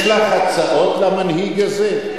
יש לך הצעות למנהיג הזה?